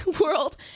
world